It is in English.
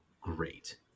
great